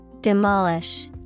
demolish